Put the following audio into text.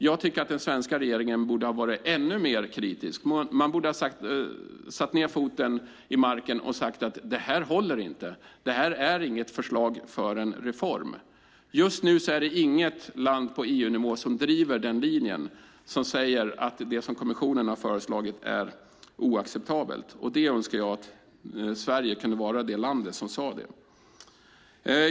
Jag tycker att den svenska regeringen borde ha varit ännu mer kritisk och satt ned foten och sagt: Detta håller inte; detta är inget förslag för en reform. Just nu är det inget land på EU-nivå som driver denna linje och säger att det som kommissionen har föreslagit är oacceptabelt. Jag önskar att Sverige kunde vara det land som sade det.